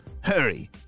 Hurry